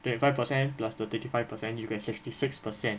twenty five percent plus the thirty five percent you get sixty six percent